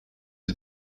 het